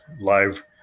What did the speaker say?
live